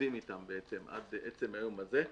עובדם אתם עד עצם היום הזה.